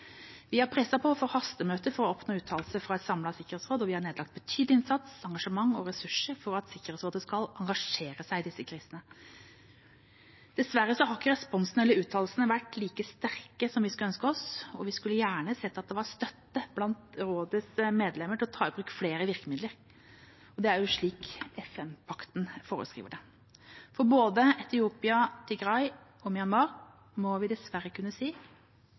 Vi har presset på for hastemøter og for å oppnå uttalelser fra et samlet sikkerhetsråd. Vi har nedlagt betydelig innsats, engasjement og ressurser for at Sikkerhetsrådet skal engasjere seg i disse krisene. Dessverre har ikke responsen eller uttalelsene vært like sterke som vi skulle ha ønsket. Vi skulle gjerne sett at det var støtte blant rådets medlemmer til å ta i bruk flere virkemidler, slik FN-pakten foreskriver. For både Etiopia/Tigray og Myanmar må vi dessverre kunne si